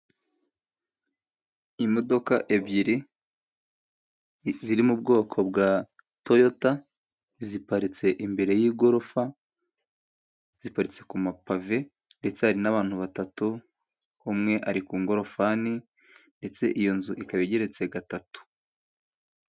Imodoka ebyiri ziri mu bwoko bwa toyota, ziparitse imbere y'igorofa, ziparitse ku mapave ndetse hari n'abantu batatu, umwe ari ku ngorofani, ndetse iyo nzu ikaba igeretse gatatu.